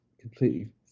completely